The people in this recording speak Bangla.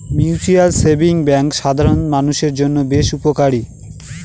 মিউচুয়াল সেভিংস ব্যাঙ্ক সাধারন মানুষের জন্য বেশ উপকারী